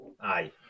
Aye